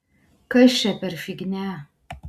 kas čia per fignia